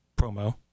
promo